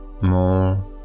more